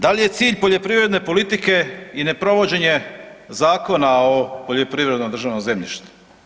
Da li je cilj poljoprivredne politike i neprovođenje Zakona o poljoprivrednom državnom zemljištu?